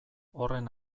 horren